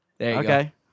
Okay